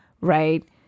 right